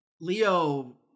Leo